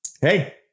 hey